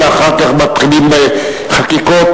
אחר כך מתחילים בחקיקה,